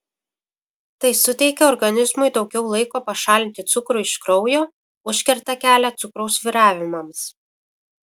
tai suteikia organizmui daugiau laiko pašalinti cukrų iš kraujo užkerta kelią cukraus svyravimams